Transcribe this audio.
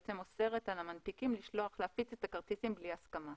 בעצם אוסרת על המנפיקים להפיץ את הכרטיסים בלי הסכמה.